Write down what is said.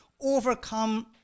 overcome